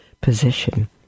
position